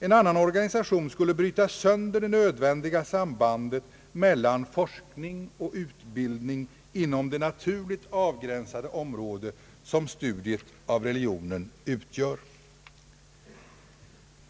En annan organisation skulle bryta sönder det nödvändiga sambandet mellan forskning och utbildning inom det naturligt avgränsade område som studiet av religionen utgör.